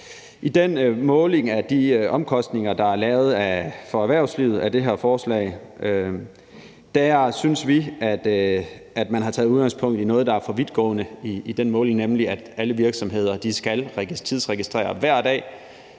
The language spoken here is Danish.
I den måling af omkostninger for erhvervslivet, der er lavet, i forhold til det her forslag synes vi at man har taget udgangspunkt i noget, der er for vidtgående, nemlig at alle virksomheder skal tidsregistrere hver dag.